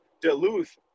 Duluth